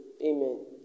Amen